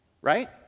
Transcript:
Right